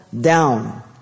down